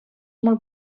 molt